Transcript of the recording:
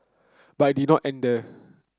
but it did not end there